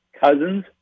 Cousins